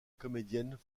comédienne